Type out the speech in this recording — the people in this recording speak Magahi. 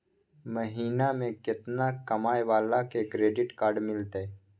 महीना में केतना कमाय वाला के क्रेडिट कार्ड मिलतै?